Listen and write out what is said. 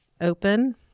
open